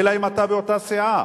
אלא אם אתה באותה סיעה.